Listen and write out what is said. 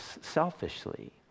selfishly